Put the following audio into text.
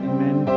Amen